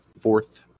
fourth